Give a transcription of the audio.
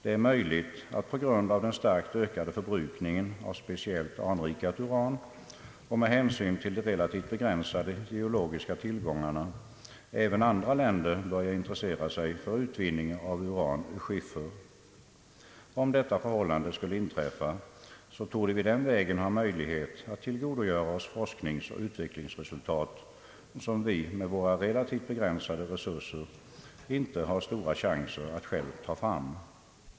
Det är möjligt att, på grund av den starkt ökade förbrukningen av speciellt anrikat uran och med hänsyn till de relativt begränsade geologiska tillgångarna, även andra länder börjar intressera sig för utvinning av uran ur skiffer. Om detta förhållande skulle inträffa torde vi den vägen ha möjlighet att tillgodogöra oss forskningsoch utvecklingsresultat som vi med våra begränsade resurser inte har stora chanser att själva ta fram.